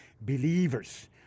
believers